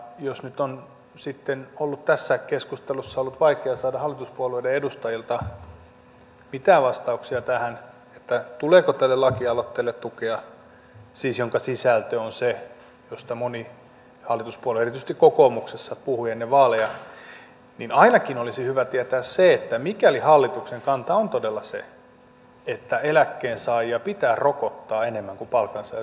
jos nyt on sitten tässä keskustelussa ollut vaikea saada hallituspuolueiden edustajilta mitään vastauksia tähän tuleeko tälle lakialoitteelle tukea siis jonka sisältö on se josta moni hallituspuolue erityisesti kokoomus puhui ennen vaaleja niin ainakin olisi hyvä tietää se mikäli hallituksen kanta on todella se että eläkkeensaajia pitää rokottaa enemmän kuin palkansaajia samoista tuloista onko siinä joku raja